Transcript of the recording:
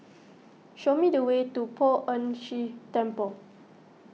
show me the way to Poh Ern Shih Temple